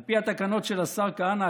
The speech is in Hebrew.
על פי התקנות של השר כהנא,